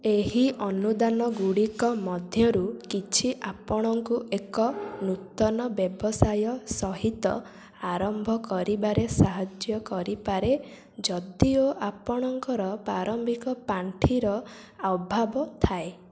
ଏହି ଅନୁଦାନ ଗୁଡ଼ିକ ମଧ୍ୟରୁ କିଛି ଆପଣଙ୍କୁ ଏକ ନୂତନ ବ୍ୟବସାୟ ସହିତ ଆରମ୍ଭ କରିବାରେ ସାହାଯ୍ୟ କରିପାରେ ଯଦିଓ ଆପଣଙ୍କର ପ୍ରାରମ୍ଭିକ ପାଣ୍ଠିର ଅଭାବ ଥାଏ